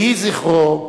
יהי זכרו ברוך.